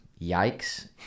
Yikes